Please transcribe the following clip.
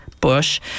Bush